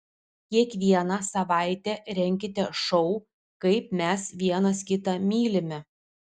kiekvieną savaitę renkite šou kaip mes vienas kitą mylime